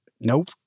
nope